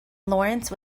lawrence